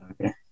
Okay